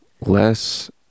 Less